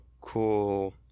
cool